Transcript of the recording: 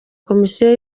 komisiyo